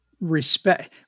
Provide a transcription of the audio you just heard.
respect